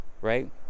right